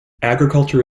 agriculture